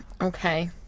Okay